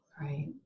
Right